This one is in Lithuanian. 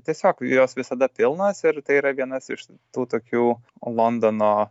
tiesiog jos visada pilnos ir tai yra vienas iš tų tokių londono